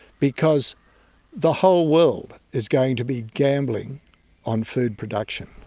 because the whole world is going to be gambling on food production.